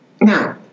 now